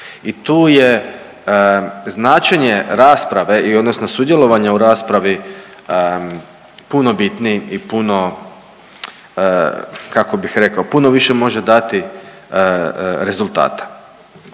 I tu je značenje rasprave, odnosno sudjelovanje u raspravi puno bitniji i puno kako bih rekao puno više može dati rezultata.